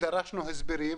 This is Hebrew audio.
דרשנו הסברים,